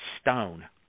stone